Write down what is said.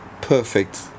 perfect